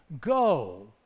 Go